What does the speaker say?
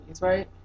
right